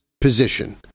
position